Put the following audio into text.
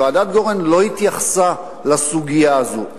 ועדת-גורן לא התייחסה לסוגיה הזאת.